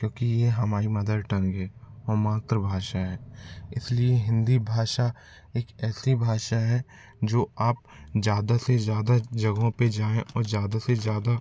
क्योंकि ये हमारी मदर टंग है और मातृभाषा हे इस लिए हिन्दी भाषा एक ऐसी भाषा है जो आप ज़्यादा से ज़्यादा जगहों पर जाएं ओर ज़्यादा से ज़्यादा